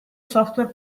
software